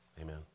Amen